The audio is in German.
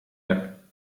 der